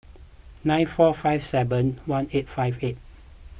nine four five seven one eight five eight